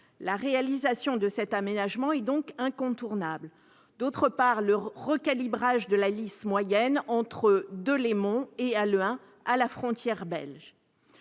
La réalisation de cet aménagement est donc incontournable. Il s'agit, d'autre part, du recalibrage de la Lys mitoyenne entre Deûlémont et Halluin, à la frontière belge.